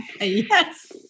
Yes